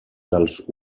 dels